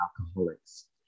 alcoholics